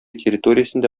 территориясендә